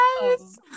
Yes